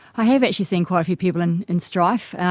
i have actually seen quite a few people in in strife.